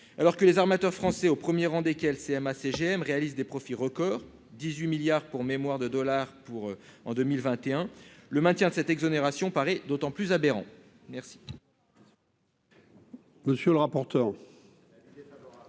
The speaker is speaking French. alors que les armateurs français au 1er rang desquels CMA-CGM réalisent des profits records 18 milliards pour mémoire de dollars pour en 2021, le maintien de cette exonération paraît d'autant plus aberrant merci.